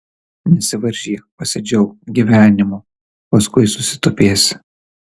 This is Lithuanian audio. nesivaržyk pasidžiauk gyvenimu paskui susitupėsi